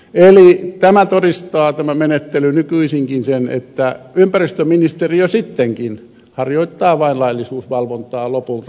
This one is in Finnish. eli tämä menettely nykyisinkin todistaa sen että ympäristöministeriö sittenkin harjoittaa vain laillisuusvalvontaa lopulta